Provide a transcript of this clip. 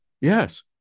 Yes